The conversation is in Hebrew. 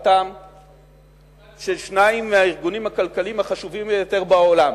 מתמיכתם של שניים מהארגונים הכלכליים החשובים ביותר בעולם.